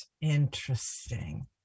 interesting